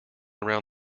around